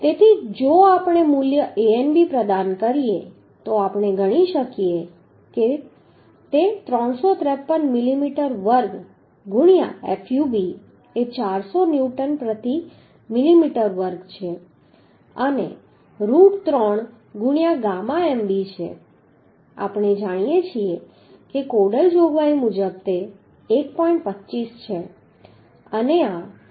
તેથી જો આપણે મૂલ્ય Anb પ્રદાન કરીએ તો આપણે ગણી શકીએ છીએ કે 353 મિલીમીટર વર્ગ ગુણ્યાં fub એ 400 ન્યૂટન પ્રતિ મિલીમીટર વર્ગ છે અને રુટ 3 ગુણ્યાં ગામા mb છે આપણે જાણીએ છીએ કે કોડલ જોગવાઈ મુજબ તે 1